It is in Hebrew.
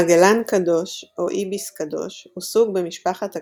מגלן קדוש או איביס קדוש הוא סוג במשפחת הכפניים,